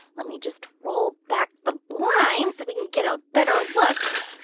let me just roll back the blinds so we can get a better look. ah,